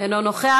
אינו נוכח.